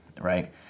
right